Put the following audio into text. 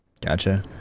Gotcha